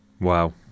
Wow